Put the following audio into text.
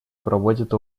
проводят